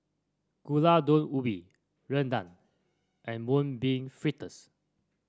Gulai Daun Ubi Rendang and Mung Bean Fritters